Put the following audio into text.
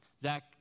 zach